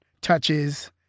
touches